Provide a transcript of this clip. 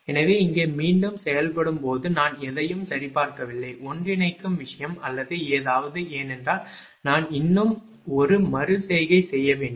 எனவே இங்கே மீண்டும் செயல்படும் போது நான் எதையும் சரிபார்க்கவில்லை ஒன்றிணைக்கும் விஷயம் அல்லது ஏதாவது ஏனென்றால் நான் இன்னும் ஒரு மறு செய்கையை செய்ய வேண்டும்